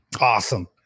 Awesome